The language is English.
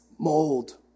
Mold